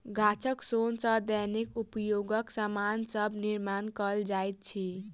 गाछक सोन सॅ दैनिक उपयोगक सामान सभक निर्माण कयल जाइत अछि